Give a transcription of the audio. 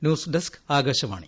ന്യൂസ്ഡെസ്ക്ആകാശവാണി